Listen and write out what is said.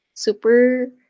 Super